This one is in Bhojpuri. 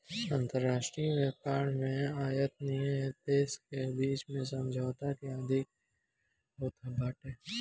अंतरराष्ट्रीय व्यापार में आयत निर्यात देस के बीच में समझौता के अधीन होत बाटे